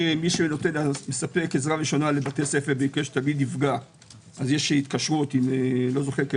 יש מי שמספק עזרה ראשונה לבתי ספר יש התקשרות עם חברה.